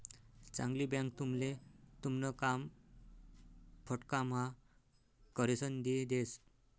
चांगली बँक तुमले तुमन काम फटकाम्हा करिसन दी देस